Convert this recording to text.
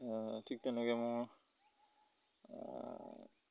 ঠিক তেনেকৈ মোৰ